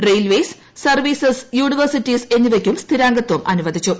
railways services universities എന്നിവയ്ക്കും സ്ഥിരാംഗത്വം അനുവദിച്ചു